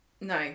No